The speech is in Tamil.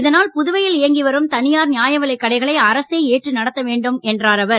இதனால் புதுவையில் இயங்கி வரும் தனியார் நியாயவிலைக் கடைகளை அரசே ஏற்று நடத்த வேண்டும் என்றார் அவர்